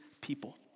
people